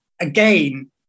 again